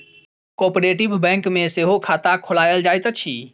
cooperative bank मे सेहो खाता खोलायल जाइत अछि